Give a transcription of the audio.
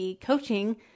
coaching